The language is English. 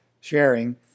sharing